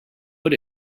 put